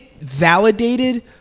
validated